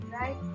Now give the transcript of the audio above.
right